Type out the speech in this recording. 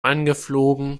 angeflogen